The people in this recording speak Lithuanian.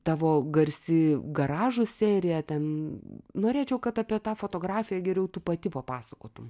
tavo garsi garažų serija ten norėčiau kad apie tą fotografiją geriau tu pati papasakotum